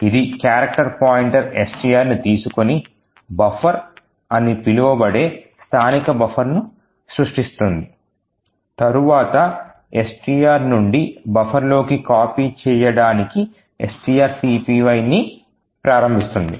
ఇది character pointer STR ను తీసుకుని బఫర్ అని పిలువబడే స్థానిక బఫర్ను సృష్టిస్తుంది తరువాత STR నుండి బఫర్లోకి కాపీ చేయడానికి strcpy ని ప్రారంభిస్తుంది